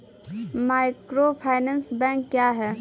Microfinance bank क्या हैं?